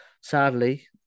sadly